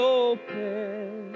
open